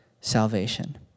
salvation